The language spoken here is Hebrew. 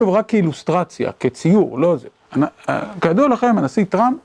רק כאילוסטרציה, כציור, לא... כידוע לכם, הנשיא טראמפ...